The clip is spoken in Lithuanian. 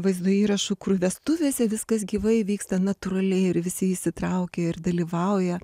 vaizdo įrašų kur vestuvėse viskas gyvai vyksta natūraliai ir visi įsitraukia ir dalyvauja